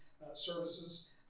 services